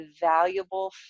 valuable